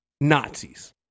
Nazis